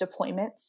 deployments